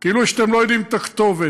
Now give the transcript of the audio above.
כאילו אתם לא יודעים את הכתובת.